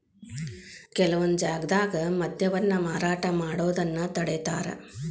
ಕೆಲವೊಂದ್ ಜಾಗ್ದಾಗ ಮದ್ಯವನ್ನ ಮಾರಾಟ ಮಾಡೋದನ್ನ ತಡೇತಾರ